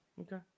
Okay